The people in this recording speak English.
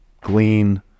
glean